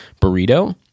burrito